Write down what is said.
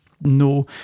no